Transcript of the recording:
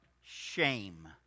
shame